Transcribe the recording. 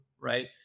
right